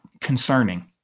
concerning